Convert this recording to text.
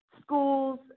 schools